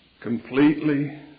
completely